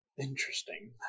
Interesting